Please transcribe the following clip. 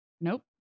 Nope